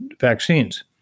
vaccines